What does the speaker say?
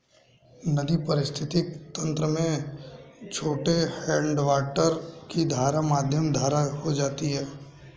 नदी पारिस्थितिक तंत्र में छोटे हैडवाटर की धारा मध्यम धारा हो जाती है